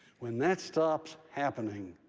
when that stops happening,